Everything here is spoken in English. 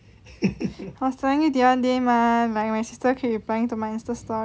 I was telling you the other day mah my sister keep replying to my Insta story